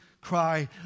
cry